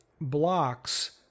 blocks